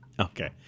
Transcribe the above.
Okay